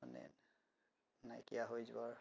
মানে নাইকীয়া হৈ যোৱাৰ